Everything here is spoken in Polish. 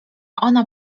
ona